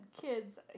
kids